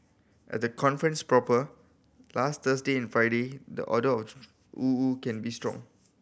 at the conference proper last Thursday and Friday the odour of woo woo can be strong